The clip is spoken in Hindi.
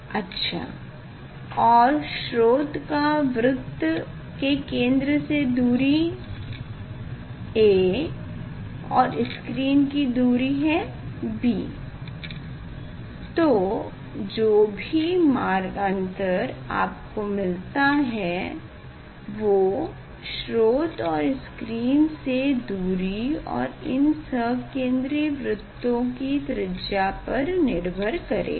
अच्छा और स्रोत का वृत्त के केंद्र से दूरी है a और स्क्रीन की दूरी है b तो जो भी मार्गअन्तर आपको मिलता है वो स्रोत और स्क्रीन से दूरी और इन सकेंद्री वृत्तो की त्रिज्या पर निर्भर करेगा